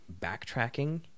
backtracking